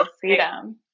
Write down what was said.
freedom